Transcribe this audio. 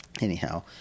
anyhow